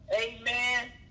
Amen